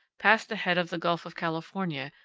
past the head of the gulf of california,